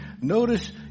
notice